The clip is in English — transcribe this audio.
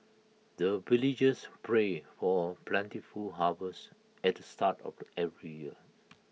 the villagers pray for plentiful harvest at the start of every year